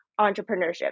entrepreneurship